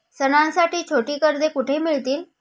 सणांसाठी छोटी कर्जे कुठे मिळतील?